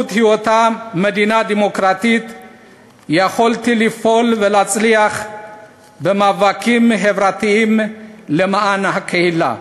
מדינה דמוקרטית יכולתי לפעול ולהצליח במאבקים חברתיים למען הקהילה.